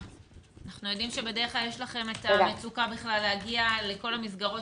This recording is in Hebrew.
אנחנו יודעים שבדרך כלל יש לכם את המצוקה להגיע בכלל לכל המסגרות